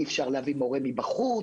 אי-אפשר להביא מורה מבחוץ,